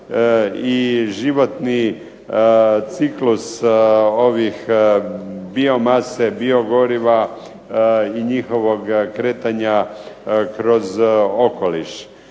i životni ciklus biomase, biogoriva i njihovog kretanja kroz okoliš.